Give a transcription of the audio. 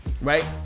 right